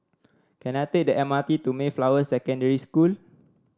can I take the M R T to Mayflower Secondary School